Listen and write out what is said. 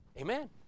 Amen